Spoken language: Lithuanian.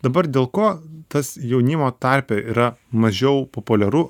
dabar dėl ko tas jaunimo tarpe yra mažiau populiaru